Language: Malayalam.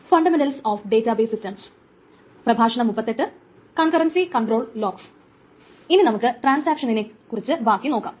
നമുക്ക് ഇനി ട്രാൻസാക്ഷനിനെക്കുറിച്ച് ബാക്കി നോക്കാം